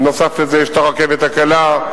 נוסף על זה יש הרכבת הקלה,